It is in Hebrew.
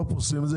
הרוב עושים את זה,